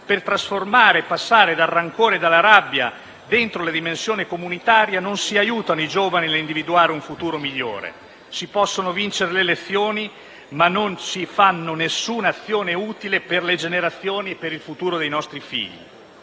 per trasformare e passare dal rancore e dalla rabbia dentro la dimensione comunitaria, non aiuta i giovani ad individuare un futuro migliore; si possono vincere le elezioni, ma non si fa alcuna azione utile per le generazioni e per il futuro dei nostri figli.